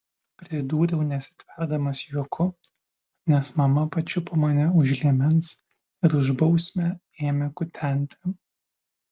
pridūriau nesitverdamas juoku nes mama pačiupo mane už liemens ir už bausmę ėmė kutenti